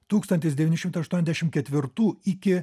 tūkstantis devyni šimtai aštuondešim ketvirtų iki